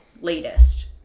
latest